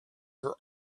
her